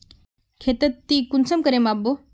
खेतोक ती कुंसम करे माप बो?